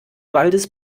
waldes